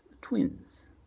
twins